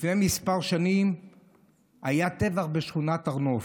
לפני כמה שנים היה טבח בשכונת הר נוף.